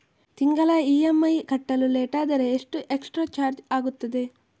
ತಿಂಗಳ ಇ.ಎಂ.ಐ ಕಟ್ಟಲು ಲೇಟಾದರೆ ಎಷ್ಟು ಎಕ್ಸ್ಟ್ರಾ ಚಾರ್ಜ್ ಆಗುತ್ತದೆ?